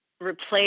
replace